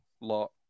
lot